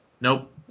Nope